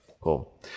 Cool